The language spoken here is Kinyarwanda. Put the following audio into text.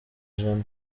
jan